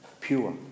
pure